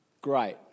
Great